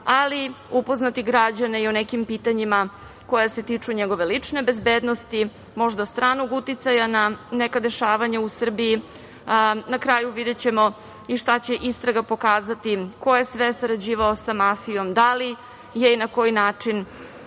ali upoznati građane i o nekim pitanjima koja se tiču njegove lične bezbednosti, možda stranog uticaja na neka dešavanja u Srbiji, a, na kraju, videćemo i šta će istraga pokazati, ko je sve sarađivao sa mafijom, da li je i na koji način